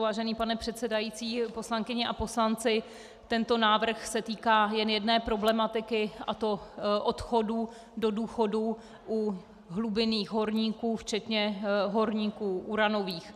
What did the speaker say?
Vážený pane předsedající, poslankyně a poslanci, tento návrh se týká jen jedné problematiky, a to odchodů do důchodu u hlubinných horníků, včetně horníků uranových.